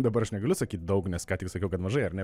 dabar aš negaliu sakyt daug nes ką tik sakiau kad mažai ar ne bet